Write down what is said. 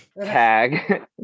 Tag